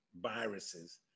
viruses